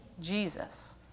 Jesus